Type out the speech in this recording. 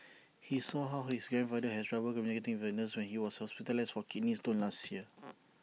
he saw how his grandfather has trouble communicating with A nurse when he was hospitalised for kidney stones last year